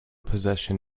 possession